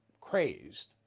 crazed